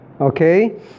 Okay